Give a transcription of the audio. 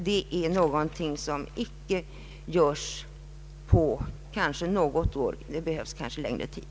Det är någonting som kanske inte kan göras på något år utan kan kräva längre tid.